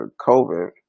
COVID